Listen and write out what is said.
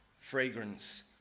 fragrance